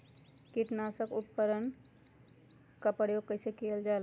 किटनाशक उपकरन का प्रयोग कइसे कियल जाल?